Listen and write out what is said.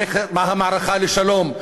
המערכה לשלום.